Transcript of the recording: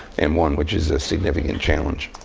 and one which is a significant challenge.